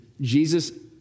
Jesus